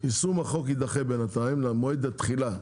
יישום החוק יידחה בינתיים למועד התחילה.